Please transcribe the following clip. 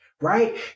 right